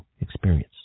experience